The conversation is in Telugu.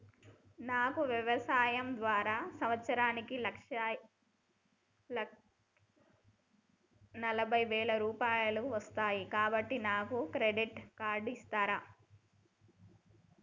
నాకు వ్యవసాయం ద్వారా సంవత్సరానికి లక్ష నలభై వేల రూపాయలు వస్తయ్, కాబట్టి నాకు క్రెడిట్ కార్డ్ ఇస్తరా?